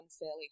unfairly